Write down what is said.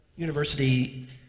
University